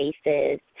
spaces